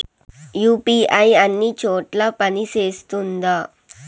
UPI అన్ని చోట్ల పని సేస్తుందా?